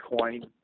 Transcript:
coin